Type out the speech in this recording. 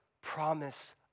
promise